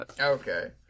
Okay